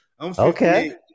Okay